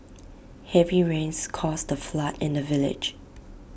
heavy rains caused A flood in the village